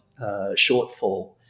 shortfall